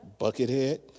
Buckethead